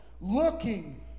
looking